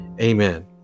amen